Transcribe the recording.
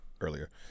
earlier